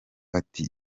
ati